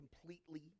completely